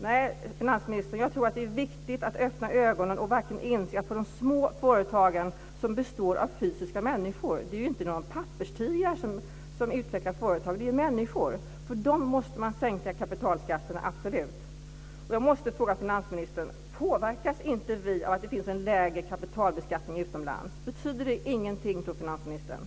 Nej, finansministern, jag tror att det är viktigt att öppna ögonen och verkligen inse att för de små företagen som består av fysiska människor - det är ju inte några papperstigrar som utvecklar företag utan människor - måste man absolut sänka kapitalskatterna. Jag måste fråga finansministern: Påverkas inte vi av att det finns en lägre kapitalbeskattning utomlands? Tror inte finansministern att det betyder någonting?